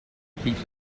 pleads